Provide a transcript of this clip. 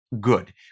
Good